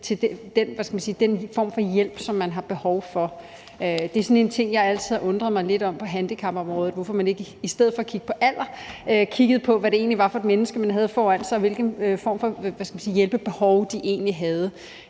til den form for hjælp, som der er behov for. Det er sådan en ting, jeg altid har undret mig lidt over på handicapområdet, altså hvorfor man ikke i stedet for at kigge på alder kiggede på, hvad det egentlig var for et menneske, man havde foran sig, og hvilken form for hjælpebehov, vedkommende egentlig havde.